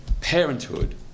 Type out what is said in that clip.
parenthood